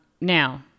Now